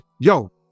Yo